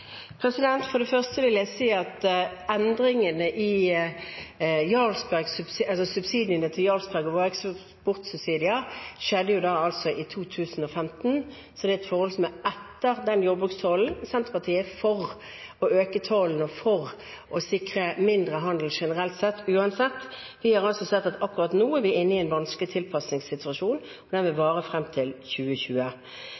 For det første vil jeg si at endringene i subsidiene til Jarlsberg og eksportsubsidier skjedde i 2015, så det er et forhold fra etter den jordbrukstollen. Senterpartiet er for å øke tollen og for å sikre mindre handel generelt sett – uansett. Vi har sett at akkurat nå er vi inne i en vanskelig tilpasningssituasjon, og